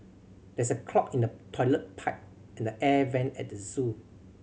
there is a clog in the toilet pipe and the air vent at the zoo